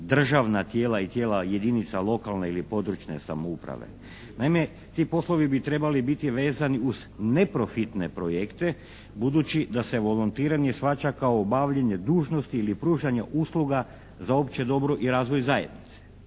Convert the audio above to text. državna tijela i tijela jedinica lokalne ili područne samouprave. Naime, ti poslovi bi trebali biti vezani uz neprofitne projekte budući da se volontiranje shvaća kao obavljanje dužnosti ili pružanje usluga za opće dobro i razvoj zajednice.